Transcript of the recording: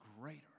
greater